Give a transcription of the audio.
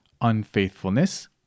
unfaithfulness